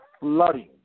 flooding